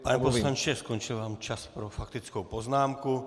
Pane poslanče, skončil vám čas pro faktickou poznámku.